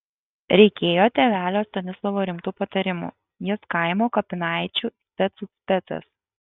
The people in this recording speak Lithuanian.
reikėjo tėvelio stanislovo rimtų patarimų jis kaimo kapinaičių specų specas